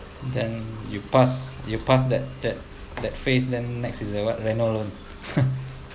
then you pass you pass that that that phase then next is like what renovation loan